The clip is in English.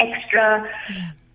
extra